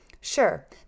Sure